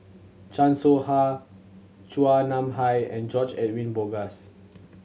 Chan Soh Ha Chua Nam Hai and George Edwin Bogaars